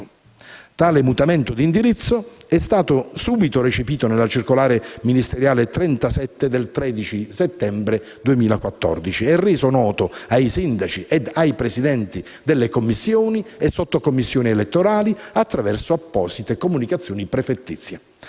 tale mutamento di indirizzo è stato subito recepito nella circolare ministeriale n. 37 del 13 settembre 2014 e reso noto ai sindaci ed ai presidenti delle commissioni e sottocommissioni elettorali attraverso apposite comunicazioni prefettizie,